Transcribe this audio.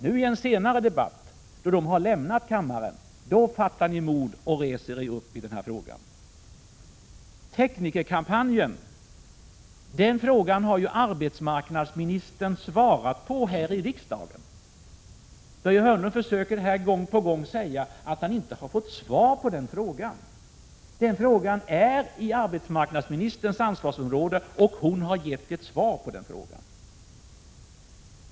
Nu, i en senare debatt, då debattörerna har lämnat kammaren fattar ni mod och reser er upp i denna fråga. Frågan om teknikerkampanjen har arbetsmarknadsministern svarat på här i riksdagen. Börje Hörnlund försöker gång på gång säga att han inte har fått svar på den frågan. Den faller inom arbetsmarknadsministerns ansvarsområde, och hon har gett ett svar på den.